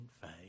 faith